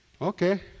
Okay